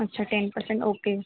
अच्छा ten percent okay